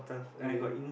okay